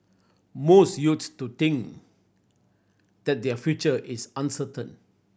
most youths to think that their future is uncertain